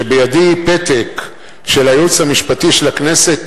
ובידי פתק של הייעוץ המשפטי של הכנסת,